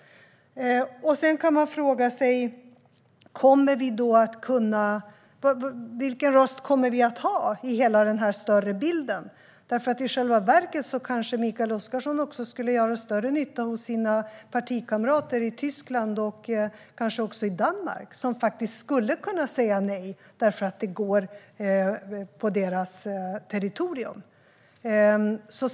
Man kan då fråga sig: Vilken röst kommer vi att ha i hela den här större bilden? I själva verket skulle kanske Mikael Oscarsson göra större nytta hos sina partikamrater i Tyskland och i Danmark som faktiskt skulle kunna säga nej därför att gasledningen ska ledas över deras territorium.